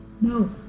no